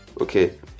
Okay